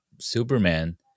superman